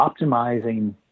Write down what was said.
optimizing